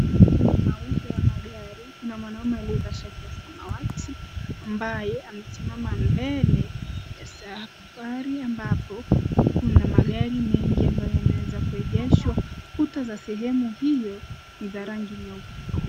Kwenye mauzo ya magari kuna mwanaume aliyevaa shati ya samawati ambaye amesimama mbele ya safari ambapo kuna magari mengi ambayo yameweza kuegeshwa kuta za sehemu hiyo ni za rangi nyeupe.